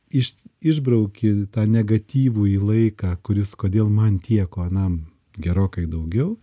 iš išbrauki tą negatyvųjį laiką kuris kodėl man tiek o na gerokai daugiau